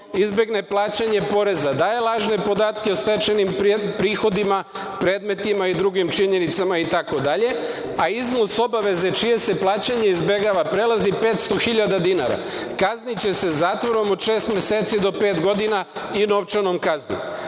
izbegne plaćanje poreza, daje lažne podatke o stečajnim prihodima, predmetima, i drugim činjenicama, itd, a iznos obaveze čije se plaćanje izbegava prelazi 500 hiljada dinara i kazniće se zatvorom od 6 meseci i 5 godina i novčanom kaznom. Ako